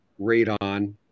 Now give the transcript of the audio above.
radon